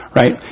right